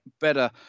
better